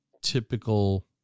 typical